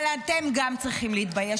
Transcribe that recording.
אבל גם אתם צריכים להתבייש,